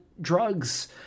drugs